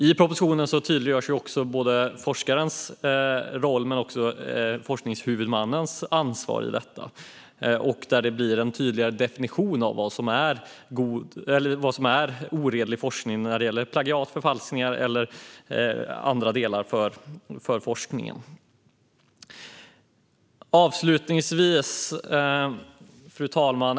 I propositionen görs forskarens roll och forskningshuvudmannens ansvar tydlig. Det blir en tydligare definition av vad som är oredlig forskning när det gäller plagiat, förfalskningar eller andra frågor inom forskningen. Fru talman!